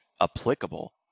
applicable